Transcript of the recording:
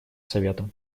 совета